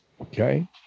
Okay